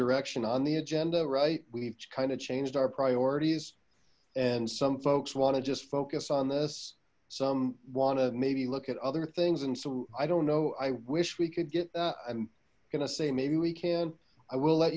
direction on the agenda right we've kind of changed our priorities and some folks want to just focus on this some wanna maybe look at other things and so i don't know i wish we could get that i'm gonna say maybe we can i will let